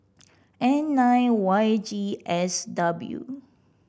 N nine Y G S W